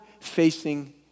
facing